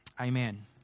Amen